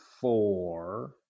four